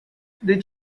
did